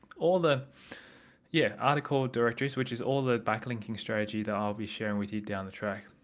all the yeah article directories which is all the backlinking strategy that i'll be sharing with you down the track.